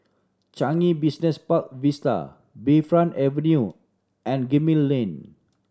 Changi Business Park Vista Bayfront Avenue and Gemmill Lane